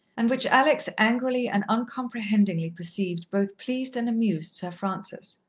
and which alex angrily and uncomprehendingly perceived both pleased and amused sir francis.